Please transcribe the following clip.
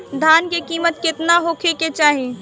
धान के किमत केतना होखे चाही?